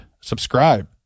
subscribe